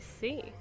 see